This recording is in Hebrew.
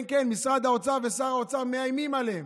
כן, כן, משרד האוצר ושר האוצר מאיימים עליהם.